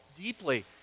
deeply